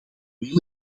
wil